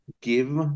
give